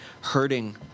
hurting